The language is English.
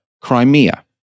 Crimea